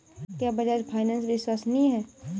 क्या बजाज फाइनेंस विश्वसनीय है?